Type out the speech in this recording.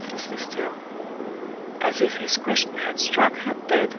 breathlessly still as if his question had struck her dead,